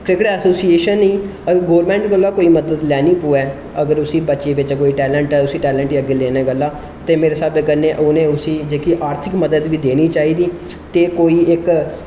cricket association गी government कोला कोई मदद लैनी पवै कि कुसै बच्चे गी कोई टेलेंट ऐ उस टेलेंट गी अग्गै लैने गल्ला मेरे स्हाब कन्नै उनें उसी आर्थिक मदद बी देनी चाहिदी ते कोई इक